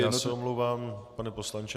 Já se omlouvám, pane poslanče.